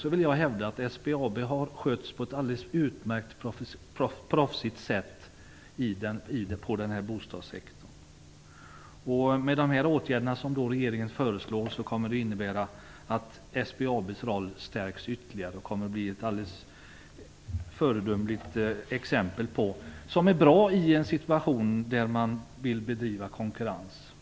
Jag vill hävda att SBAB har skötts på ett alldeles utmärkt, proffsigt sätt i bostadssektorn, och de åtgärder som regeringen nu föreslår kommer att innebära att SBAB:s roll stärks ytterligare. SBAB kommer att bli ett föredömligt exempel i en situation där man vill ha konkurrens.